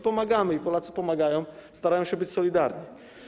Pomagamy i Polacy pomagają, starają się być solidarni.